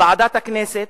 ועדת הכנסת,